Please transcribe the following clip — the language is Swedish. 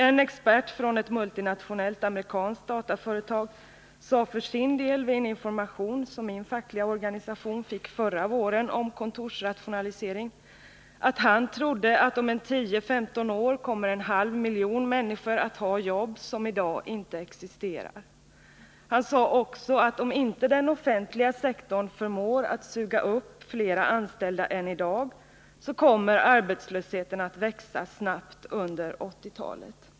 En expert från ett multinationellt amerikanskt dataföretag sade för sin del vid en information om kontorsrationalisering som min fackliga organisation fick förra våren, att han trodde att om tio femton år kommer en halv miljon människor att ha jobb som i dag inte existerar. Han sade också att om inte den offentliga sektorn förmår att suga upp fler anställda än : dag så kommer arbetslösheten att växa snabbt under 1980-talet.